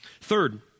Third